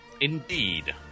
Indeed